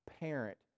parent